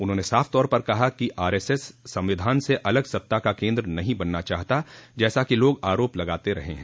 उन्होंने साफ तौर पर कहा कि आरएसएस संविधान स अलग सत्ता का केन्द्र नहीं बनना चाहता जैसा कि लोग आरोप लगाते हैं